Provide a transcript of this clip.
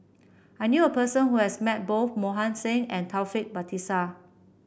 I knew a person who has met both Mohan Singh and Taufik Batisah